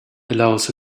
allows